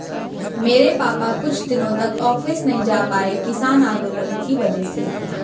मेरे पापा कुछ दिनों तक ऑफिस नहीं जा पाए किसान आंदोलन की वजह से